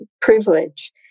privilege